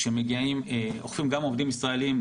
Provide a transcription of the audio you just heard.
אוכפים גם עובדים ישראליים,